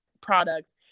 products